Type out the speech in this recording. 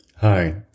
Hi